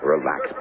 Relax